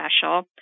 special